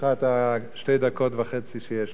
בשתי הדקות וחצי שיש לי,